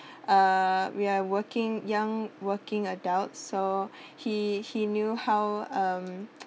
uh we're working young working adults so he he knew how um